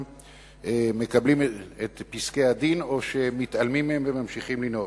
מקבלים את פסקי-הדין או שמתעלמים מהם וממשיכים לנהוג.